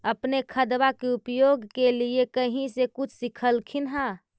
अपने खादबा के उपयोग के लीये कही से कुछ सिखलखिन हाँ?